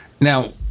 Now